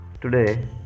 today